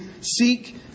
seek